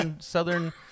Southern